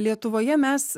lietuvoje mes